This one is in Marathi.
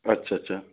अच्छा अच्छा